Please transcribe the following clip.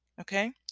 okay